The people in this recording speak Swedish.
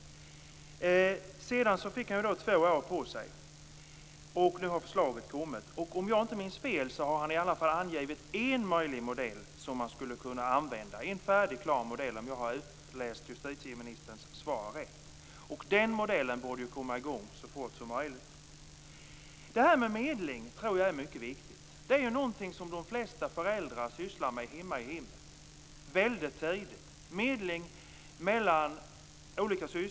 Han fick två år på sig, och nu har förslaget kommit. Om jag inte minns fel har han i varje fall angivit en möjlig modell som man skulle kunna använda. Det är en färdig och klar modell, om jag har läst justitieministerns svar rätt. Arbetet med den modellen borde komma i gång så fort som möjligt. Jag tror att medling är mycket viktigt. Det är någonting som de flesta föräldrar sysslar med i hemmet väldigt tidigt. De medlar mellan olika syskon.